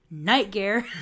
nightgare